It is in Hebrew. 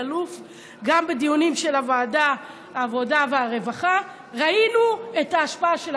גם בדיונים של ועדת העבודה והרווחה ראינו את ההשפעה של